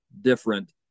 different